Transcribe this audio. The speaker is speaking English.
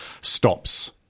stops